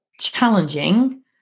challenging